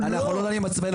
עצמיכם.